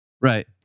Right